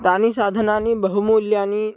तानि साधनानि बहुमूल्यानि